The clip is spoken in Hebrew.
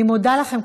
אני מודה לכם,